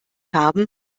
haben